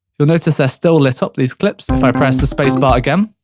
you'll notice they're still lit up, these clips, if i press the space bar again